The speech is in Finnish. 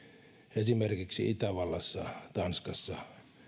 esimerkiksi itävallassa tanskassa